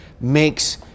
makes